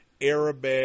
Arab